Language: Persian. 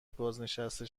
بازنشسته